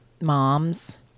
moms